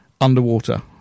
underwater